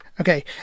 Okay